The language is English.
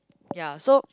ya so